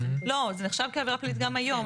זה נחשב כעבירה פלילית גם היום,